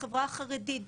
בחברה החרדית,